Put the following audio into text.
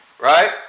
right